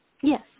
Yes